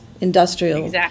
Industrial